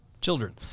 children